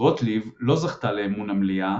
גוטליב לא זכתה לאמון המליאה,